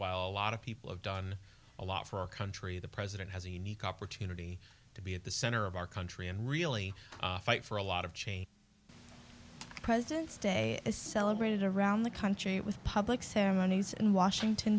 while a lot of people have done a lot for our country the president has a unique opportunity to be at the center of our country and really fight for a lot of change president's day is celebrated around the country with public ceremonies in washington